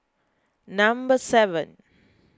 number seven